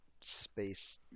space